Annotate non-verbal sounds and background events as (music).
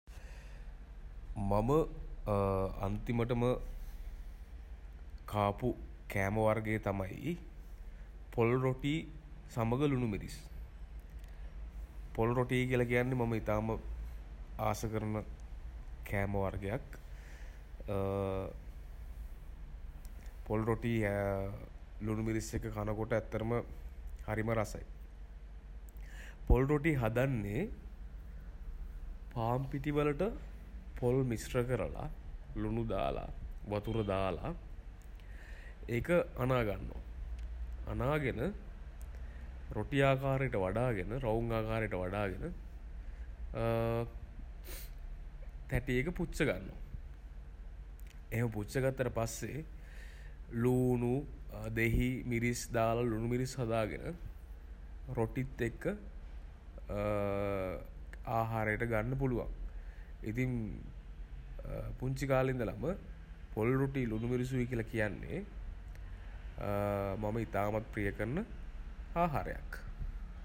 මම අන්තිමටම කාපු කෑම වර්ගය තමයි (hesitation) පොල් රොටී සමඟ ලුණු මිරිස්. පොල් රොටී කියලා කියන්නේ මම ඉතාම (hesitation) ආස කරන (hesitation) කෑම වර්ගයක් (hesitation) පොල් රොටී (hesitation) ලුණු මිරිස් එක්ක කනකොට ඇත්තටම හරිම රසයි. පොල් රොටි හදන්නේ (hesitation) පාන් පිටි වලට පොල් මිශ්‍ර කරලා ලුණු දාලා වතුර දාලා ඒක අනාගන්නවා.. අනාගෙන රොටි ආකාරයට වඩාගෙන රවුම් ආකාරයට වඩාගෙන (hesitation) තැටියක පුච්ච ගන්නවා. එහෙම පුච්ච ගත්තට පස්සේ (hesitation) ලූණු, දෙහි, මිරිස් දාලා, ලුණු මිරිස් හදාගෙන (hesitation) රොටිත් එක්ක (hesitation) ආහාරයට ගන්න පුළුවන්. ඉතින් (hesitation) පුංචි කාලේ ඉඳලම පොල් රොටියි ලුණු මිරිසුයි කියලා කියන්නේ (hesitation) මම ඉතාමත් ප්‍රිය කරන ආහාරයක්.